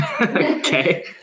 Okay